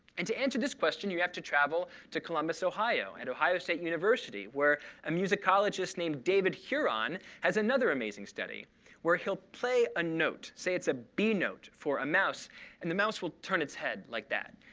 and to answer this question, you have to travel to columbus, ohio at ohio state university where a musicologist named david huron has another amazing study where he'll play a note say it's a b note for a mouse and the mouse will turn its head like that.